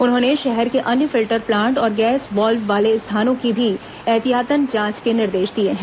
उन्होंने शहर के अन्य फिल्टर प्लांट और गैस वाल्व वाले स्थानों की भी ऐहतियातन जांच के निर्देश दिए हैं